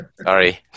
Sorry